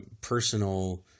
personal